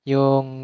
Yung